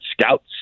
scouts